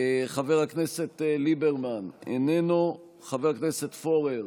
חבר הכנסת ליברמן, איננו, חבר הכנסת פורר,